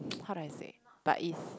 how do I say but is